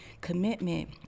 Commitment